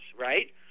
Right